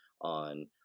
on